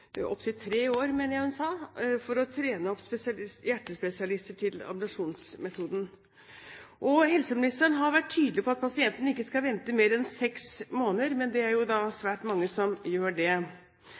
opptil tre år, mener jeg hun sa – å trene opp hjertespesialister i ablasjonsmetoden. Helseministeren har vært tydelig på at pasienten ikke skal vente mer enn seks måneder, men det er jo